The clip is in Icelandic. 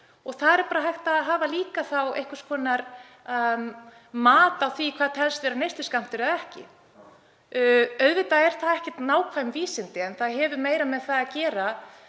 Þar er líka hægt að hafa einhvers konar mat á því hvað teljist vera neysluskammtur eða ekki. Auðvitað eru það ekkert nákvæm vísindi. Það hefur meira með það að gera